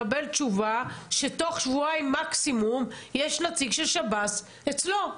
אז אנחנו רוצים לקבל תשובה שתוך שבועיים מקסימום יש נציג של שב"ס אצלו.